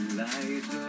light